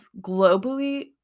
globally